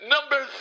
Number